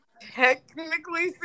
technically